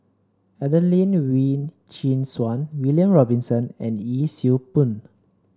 Adelene Wee Chin Suan William Robinson and Yee Siew Pun